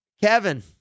Kevin